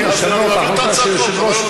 אני לא יכול לשנות החלטה של היושב-ראש לפני,